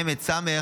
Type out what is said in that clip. מ' את ס',